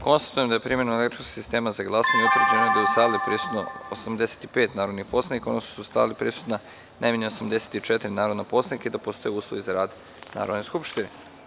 Konstatujem da je primenom elektronskog sistema za glasanje utvrđeno da je u saliprisutno 85 narodnih poslanika, odnosno da su prisutna najmanje 84 narodna poslanika i da postoje uslovi za rad Narodne skupštine.